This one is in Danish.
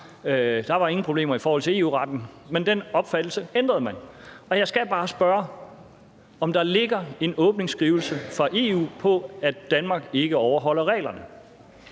ikke var nogen problemer i forhold til EU-retten, men den opfattelse ændrede man så. Jeg skal bare spørge, om der ligger en åbningsskrivelse fra EU om, at Danmark ikke overholder reglerne.